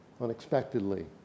Unexpectedly